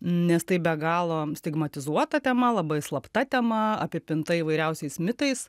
nes tai be galo stigmatizuota tema labai slapta tema apipinta įvairiausiais mitais